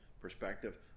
perspective